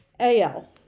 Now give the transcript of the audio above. AL